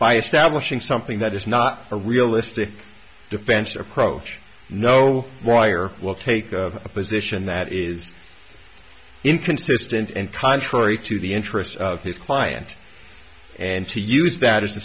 by establishing something that is not a realistic defense approach no wire will take a position that is inconsistent and contrary to the interests of his client and to use that as the